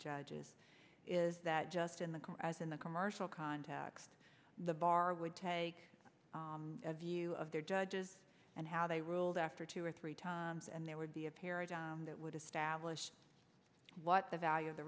judges is that just in the core as in the commercial context the bar would take a view of their judges and how they ruled after two or three times and there would be a paradigm that would establish what the value of the